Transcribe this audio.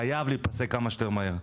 כמה שיותר מהר,